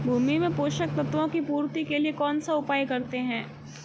भूमि में पोषक तत्वों की पूर्ति के लिए कौनसा उपाय करते हैं?